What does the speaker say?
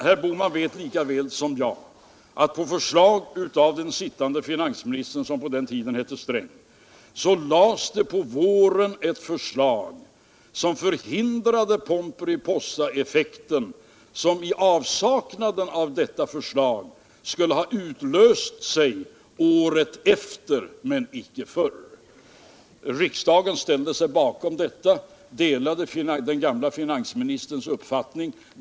Herr Bohman vet lika väl som jag att på förslag av den sittande finansministern, som på den tiden hette Sträng, lades det på våren ett förslag som förhindrade Pomperipossaeffekten, som i avsaknad av detta förslag skulle ha utlösts året efter men icke förr. Riksdagen ställde sig bakom förslaget och delade den gamla finansministerns uppfattning.